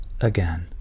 again